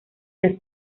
las